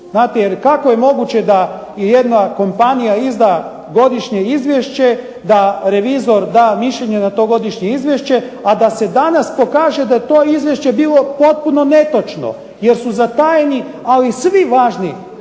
kako je moguće da jedna kompanija izda godišnje izvješće, da revizor da mišljenje na to godišnje izvješće, a da se danas pokaže da je to izvješće bilo potpuno netočno jer su zatajeni ali svi važni